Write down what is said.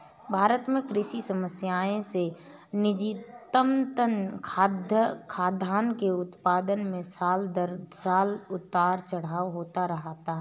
भारत में कृषि समस्याएं से नतीजतन, खाद्यान्न के उत्पादन में साल दर साल उतार चढ़ाव होता रहता है